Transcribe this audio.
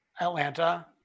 Atlanta